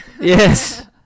Yes